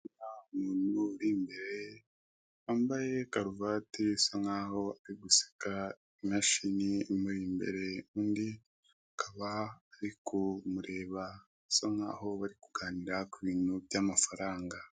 Umuntu uri imbere wambaye karuvati usa nkaho ari guseka, imashini imuri imbere undi akaba ari kumureba bisa nkaho bari kuganira ku bintu by'amafaranga.